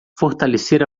fortalecer